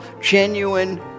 genuine